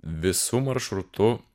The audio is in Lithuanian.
visu maršrutu